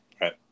Right